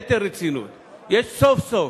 סוף-סוף,